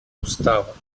устава